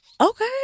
Okay